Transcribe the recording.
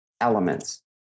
elements